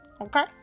Okay